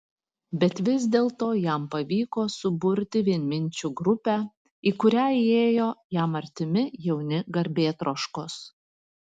bet vis dėlto jam pavyko suburti vienminčių grupę į kurią įėjo jam artimi jauni garbėtroškos